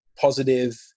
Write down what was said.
positive